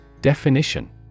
Definition